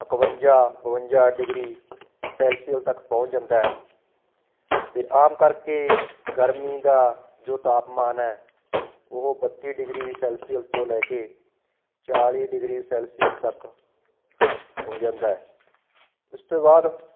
ਇੱਕਵੰਜਾ ਬਵੰਜਾ degree celsius ਤੱਕ ਪਹੁੰਚ ਜਾਂਦਾ ਅਤੇ ਆਮ ਕਰਕੇ ਗਰਮੀ ਦਾ ਜੋ ਤਾਪਮਾਨ ਹੈ ਉਹ ਬੱਤੀ ਡਿਗਰੀ ਸੈਲਸੀਅਲ ਤੋਂ ਲੈ ਕੇ ਚਾਲੀ ਡਿਗਰੀ ਸੈਲਸੀਅਸ ਤੱਕ ਹੋ ਜਾਂਦਾ ਉਸ ਤੋਂ ਬਾਅਦ